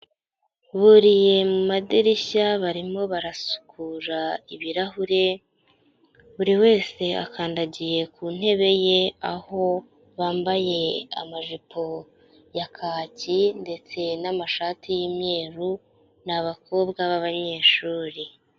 Buriye mu madirishya barimo barasukura ibirahure, buri wese akandagiye ku ntebe ye, aho bambaye amajipo ya kaki ndetse n'amashati y'imyeru, ni abakobwa b'abanyeshuri.